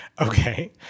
Okay